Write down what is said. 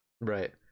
Right